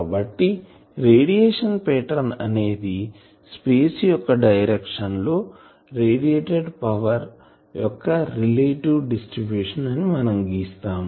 కాబట్టి radiation pattern అనేది space యొక్క డైరెక్షన్ లో రేడియేటెడ్ పవర్ యొక్క రిలేటివ్ డిస్ట్రిబ్యూషన్ అని మనం గీస్తాము